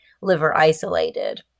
liver-isolated